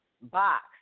box